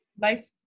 Life